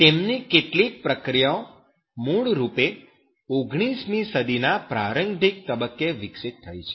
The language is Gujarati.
તેમની કેટલીક પ્રક્રિયા મૂળરૂપે 19 મી સદી ના પ્રારંભિક તબક્કે વિકસિત થઈ છે